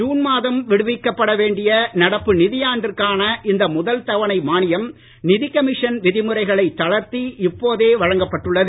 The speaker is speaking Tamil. ஜுன் மாதம் விடுவிக்கப்பட வேண்டிய நடப்பு நிதியாண்டிற்கான இந்த முதல் தவணை மானியம் நிதிக் கமிஷன் விதிமுறைகளை தளர்த்தி இப்போதே வழங்கப்பட்டுள்ளது